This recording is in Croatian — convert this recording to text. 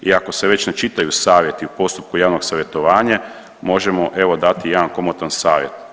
I ako se već ne čitaju savjeti u postupku javnog savjetovanja možemo evo dati jedan komotan savjet.